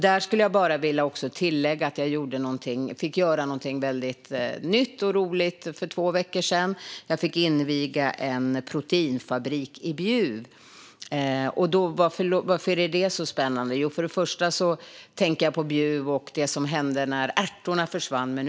För två veckor sedan fick jag göra någonting väldigt nytt och roligt - jag fick inviga en proteinfabrik i Bjuv. Varför är det så spännande? Jo, jag tänker på Bjuv och det som hände när ärtorna försvann.